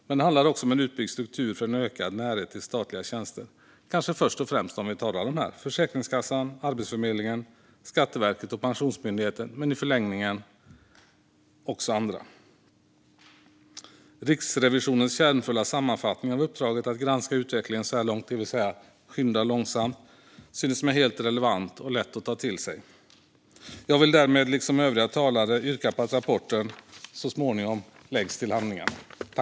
Men det handlar också om en utbyggd struktur för en ökad närhet till statliga tjänster, kanske först och främst dem vi talar om här, det vill säga Försäkringskassan, Arbetsförmedlingen, Skatteverket och Pensionsmyndigheten, och i förlängningen också andra. Riksrevisionens kärnfulla sammanfattning av uppdraget att granska utvecklingen så här långt, det vill säga skynda långsamt, synes mig helt relevant och lätt att ta till sig. Jag vill därmed liksom övriga talare föreslå att rapporten så småningom läggs till handlingarna.